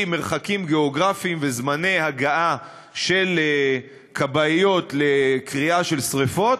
מרחקים גיאוגרפיים וזמני הגעה של כבאיות לקריאה על שרפות,